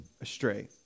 astray